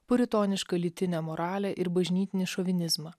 puritonišką lytinę moralę ir bažnytinį šovinizmą